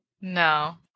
No